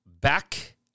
back